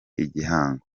igihango